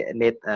need